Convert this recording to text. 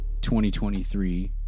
2023